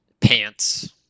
Pants